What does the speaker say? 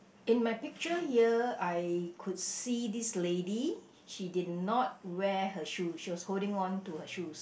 in my picture here I could see this lady she did not wear her shoe she was holding on to her shoes